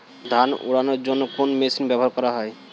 ধান উড়ানোর জন্য কোন মেশিন ব্যবহার করা হয়?